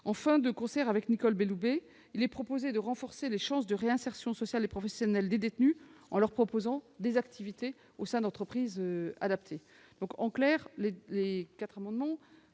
Enfin, de concert avec Nicole Belloubet, il vous sera proposé de renforcer les chances de réinsertion sociale et professionnelle des détenus en offrant à ces derniers des activités au sein d'entreprises adaptées.